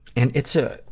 and it's a,